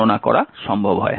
গণনা করা হয়